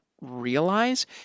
realize